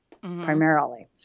primarily